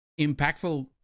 impactful